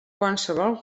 qualsevol